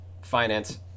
finance